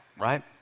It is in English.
right